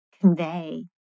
convey